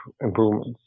improvements